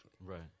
Right